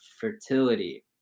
fertility